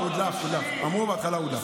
לא, לא, הודלף, הודלף.